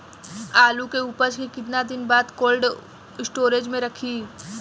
आलू के उपज के कितना दिन बाद कोल्ड स्टोरेज मे रखी?